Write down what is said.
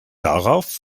darauf